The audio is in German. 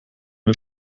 wir